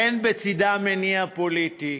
אין בצדה מניע פוליטי,